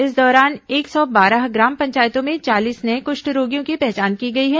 इस दौरान एक सौ बारह ग्राम पंचायतों में चालीस नये कुष्ठ रोगियों की पहचान की गई है